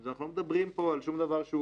אז אנחנו לא מדברים פה על שום דבר שהוא